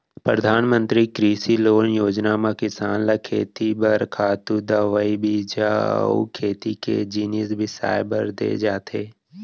परधानमंतरी कृषि लोन योजना म किसान ल खेती बर खातू, दवई, बीजा अउ खेती के जिनिस बिसाए बर दे जाथे